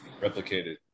replicated